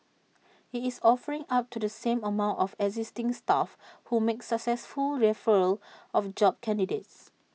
IT is offering up to the same amount for existing staff who make successful referrals of job candidates